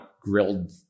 grilled